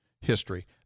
history